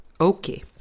okay